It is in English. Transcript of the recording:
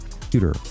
computer